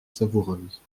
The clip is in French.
savoureuse